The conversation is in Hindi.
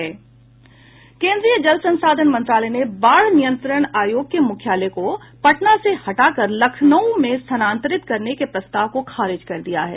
केन्द्रीय जल संसाधन मंत्रालय ने बाढ नियंत्रण आयोग के मुख्यालय को पटना से हटाकर लखनऊ में स्थानांतरित करने के प्रस्ताव को खारिज कर दिया है